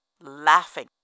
laughing